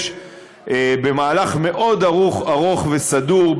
במהלך מאוד ארוך וסדור,